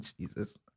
Jesus